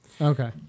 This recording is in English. Okay